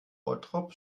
bottrop